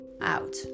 out